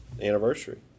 anniversary